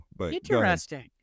Interesting